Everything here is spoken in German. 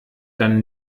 dann